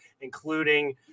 including